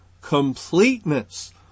completeness